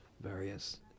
various